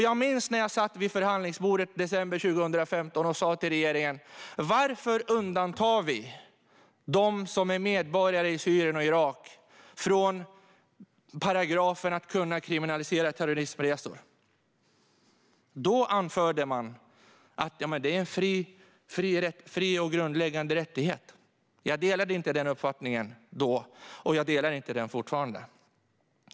Jag minns när jag satt vid förhandlingsbordet i december 2015 och sa till regeringen: Varför undantar vi dem som är medborgare i Syrien och Irak från paragrafen om att kunna kriminalisera terrorismresor? Då anförde man att det är en grundläggande fri och rättighet. Jag delade inte den uppfattningen då, och jag delar den fortfarande inte.